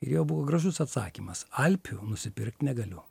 jo buvo gražus atsakymas alpių nusipirkt negaliu